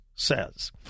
says